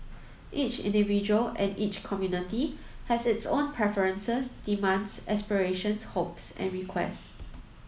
each individual and each community has its own preferences demands aspirations hopes and requests